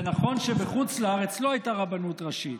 זה נכון שבחוץ לארץ לא הייתה רבנות ראשית,